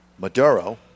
Maduro